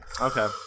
Okay